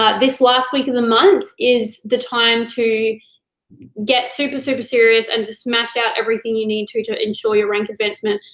this last week of the month is the time to get super, super serious and to smash out everything you need to to ensure your rank advancement.